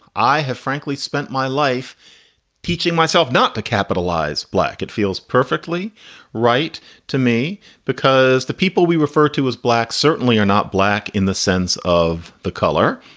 i have frankly spent my life teaching myself not to capitalize black. it feels perfectly right to me because the people we refer to as black certainly are not black in the sense of the color.